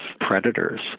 predators